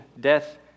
death